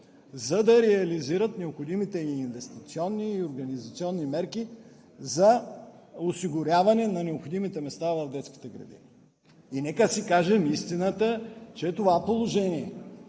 за да реализират необходимите и инвестиционни, и организационни мерки за осигуряване на нужните места в детските градини. Нека да си кажем истината, че това положение